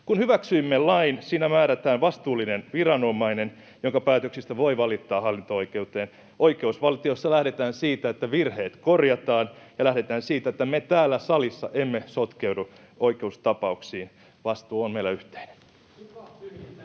Hyväksyimme lain, ja siinä määrätään vastuullinen viranomainen, jonka päätöksistä voi valittaa hallinto-oikeuteen. Oikeusvaltiossa lähdetään siitä, että virheet korjataan, ja lähdetään siitä, että me täällä salissa emme sotkeudu oikeustapauksiin. Vastuu on meillä yhteinen.